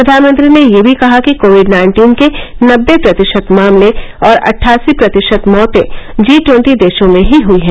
प्रवानमंत्री ने यह भी कहा कि कोविड नाइन्टीन के नब्बे प्रतिशत मामले और अट्ठासी प्रतिशत मौतें जी ट्वन्टी देशों में ही हुई हैं